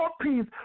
peace